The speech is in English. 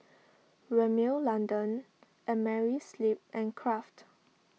Rimmel London Amerisleep and Kraft